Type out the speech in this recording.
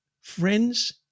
friends